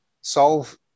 solve